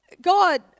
God